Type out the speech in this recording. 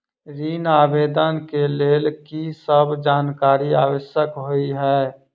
ऋण आवेदन केँ लेल की सब जानकारी आवश्यक होइ है?